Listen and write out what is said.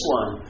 one